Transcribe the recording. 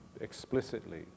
explicitly